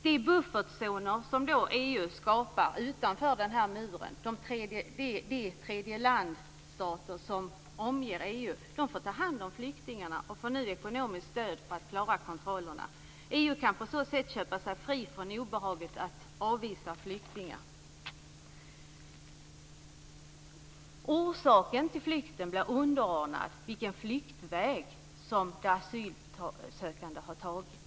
Det är de buffertzoner som EU skapar utanför den här muren, de tredjelandsstater som omger EU, som får ta hand om flyktingarna. De får nu ekonomiskt stöd för att klara kontrollerna. EU kan på så sätt köpa sig fritt från obehaget att avvisa flyktingar. Orsaken till flykten blir underordnad vilken flyktväg de asylsökande har tagit.